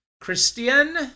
Christian